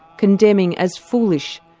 condemning as foolish,